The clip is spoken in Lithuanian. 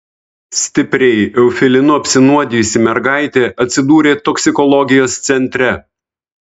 stipriai eufilinu apsinuodijusi mergaitė atsidūrė toksikologijos centre